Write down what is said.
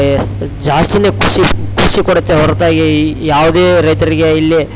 S ಜಾಸ್ತಿ ಖುಷಿ ಖುಷಿ ಕೊಡುತ್ತೆ ಹೊರ್ತಾಗಿ ಯಾವುದೇ ರೈತರಿಗೆ ಇಲ್ಲಿ